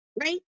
right